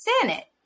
Senate